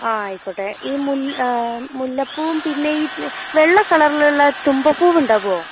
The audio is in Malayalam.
ആ ആയിക്കോട്ടെ ഈ മുല്ലപ്പൂവും പിന്നെ ഈ വെള്ള കളറിലുള്ള തുമ്പപ്പൂവുണ്ടാവുമോ